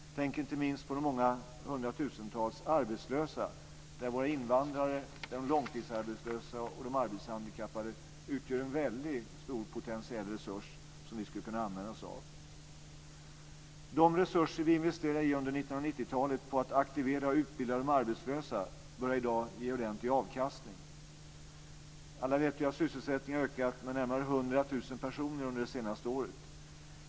Jag tänker inte minst på de hundratusentals arbetslösa, bland vilka invandrare, långtidsarbetslösa och arbetshandikappade utgör en väldigt stor potentiell resurs, som vi skulle kunna använda oss av. De resurser som vi investerat under 1990-talet på att aktivera och utbilda de arbetslösa börjar i dag ge ordentlig avkastning. Som alla vet har sysselsättningen ökat med närmare 100 000 personer under det senaste året.